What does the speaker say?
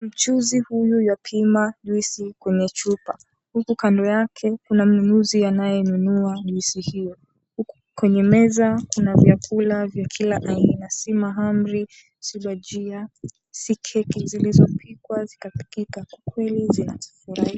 Mchuuzi huyu ywapima juicy kwenye chupa, huku kando yake kuna mnunuzi anayenunua juicy hiyo, kwenye meza kuna vyakula vya kila aina si mahamri, si bajia, si keki zilizopikwa zikapikika, kwa kweli zinafurahisha.